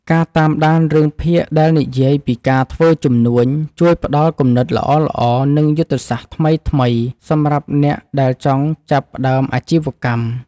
ការតាមដានរឿងភាគដែលនិយាយពីការធ្វើជំនួញជួយផ្ដល់គំនិតល្អៗនិងយុទ្ធសាស្ត្រថ្មីៗសម្រាប់អ្នកដែលចង់ចាប់ផ្ដើមអាជីវកម្ម។